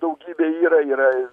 daugybė yra yra